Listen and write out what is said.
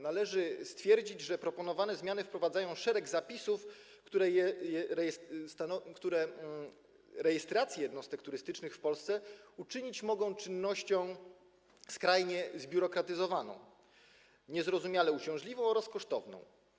Należy stwierdzić, że proponowane zmiany wprowadzają szereg zapisów, które z rejestracji jednostek turystycznych w Polsce mogą uczynić czynność skrajnie zbiurokratyzowaną, niezrozumiale uciążliwą oraz kosztowną.